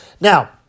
Now